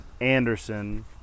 Anderson